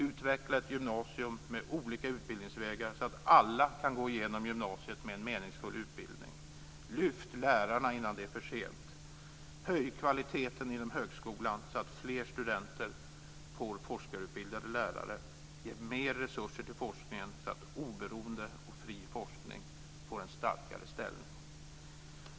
Utveckla ett gymnasium med olika utbildningsvägar, så att alla kan gå igenom gymnasiet med en meningsfull utbildning. - Lyft lärarna innan det är för sent. - Höj kvaliteten inom högskolan, så att fler studenter får forskarutbildade lärare. - Ge mer resurser till forskningen, så att oberoende och fri forskning får en starkare ställning.